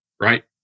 Right